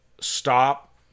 stop